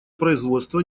производство